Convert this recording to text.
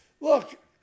look